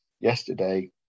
yesterday